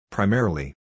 Primarily